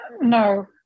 No